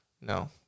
No